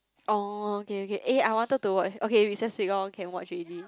orh okay okay eh I wanted to watch okay recess week lor can watch already